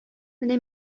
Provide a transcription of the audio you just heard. менә